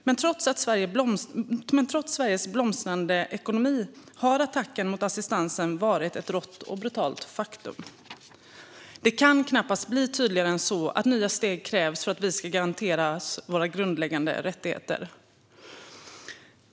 Men trots Sveriges blomstrande ekonomi har attacken mot assistansen varit ett rått och brutalt faktum. Det kan knappast bli tydligare än så att nya steg krävs för att vi ska garanteras våra grundläggande rättigheter.